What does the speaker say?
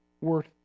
worth